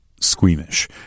squeamish